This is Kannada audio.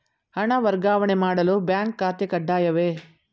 ಹಣ ವರ್ಗಾವಣೆ ಮಾಡಲು ಬ್ಯಾಂಕ್ ಖಾತೆ ಕಡ್ಡಾಯವೇ?